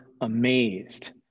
amazed